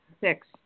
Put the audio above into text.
six